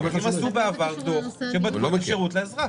האם עשו בעבר דוח שבדקו את השירות לאזרח?